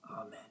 Amen